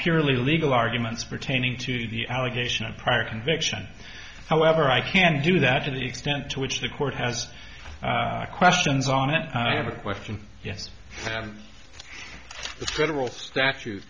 purely legal arguments pertaining to the allegation of prior conviction however i can do that to the extent to which the court has questions on it i have a question yes the federal statu